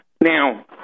Now